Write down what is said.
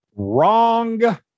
wrong